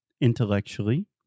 intellectually